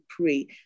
pray